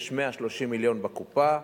יש 130 מיליון בקופה,